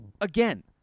again